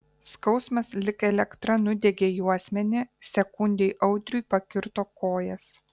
skausmas lyg elektra nudiegė juosmenį sekundei audriui pakirto kojas